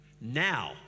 Now